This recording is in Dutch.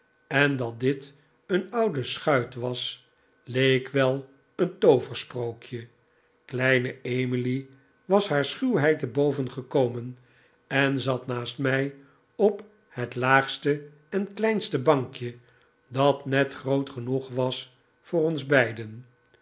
en dat dit een oude schuit was leek wel een tooversprookje kleine emily was haar schuwheid te boven gekomen en zat naast mij op het laagste en kleinste bankje dat net groot genoeg was voor ons beiden